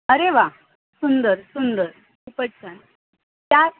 अरे वा सुंदर सुंदर खूपच छान त्या